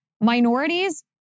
minorities